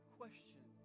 question